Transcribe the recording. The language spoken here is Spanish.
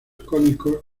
cónicos